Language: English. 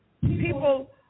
People